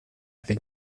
think